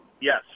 Yes